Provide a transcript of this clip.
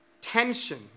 tension